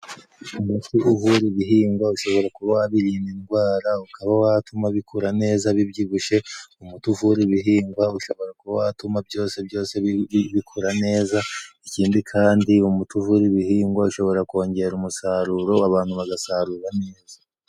Umuti uvura ibihingwa ushobora kuba wabirinda indwara ukaba watuma bikura neza bibyibushe, umuti uvura ibihingwa ushobora kuba watuma byose byose bikura neza, ikindi kandi umuti uvura ibihingwa ushobora kongera umusaruro abantu bagasarura neza.